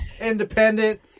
Independent